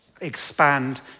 Expand